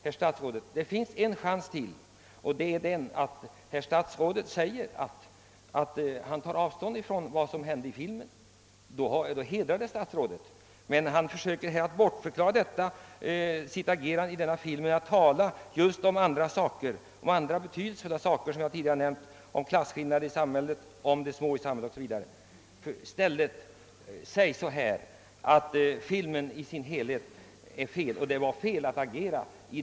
Herr statsråd, det finns en chans till, och det är att herr statsrådet i detta nu tar avstånd från vad som förekommit. Det skulle hedra statsrådet. Men statsrådet bara försöker att bortförklara sitt agerande i denna film genom att tala om andra saker. Säg i stället att till följd av filmens övriga innehåll var det fel av statsrådet att agera i det sammanhanget! Då är saken utagerad. Gör inte statsrådet detta, då är den heller inte utagerad.